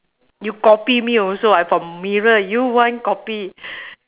you copy me also I from mirror you want copy